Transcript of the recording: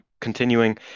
continuing